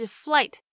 flight